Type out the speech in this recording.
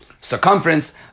circumference